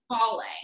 falling